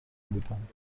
بودند